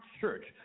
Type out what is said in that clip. church